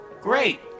Great